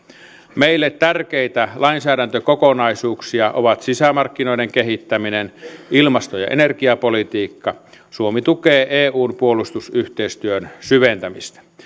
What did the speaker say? meille tärkeitä lainsäädäntökokonaisuuksia ovat sisämarkkinoiden kehittäminen ja ilmasto ja energiapolitiikka suomi tukee eun puolustusyhteistyön syventämistä